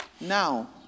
Now